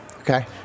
Okay